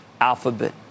Alphabet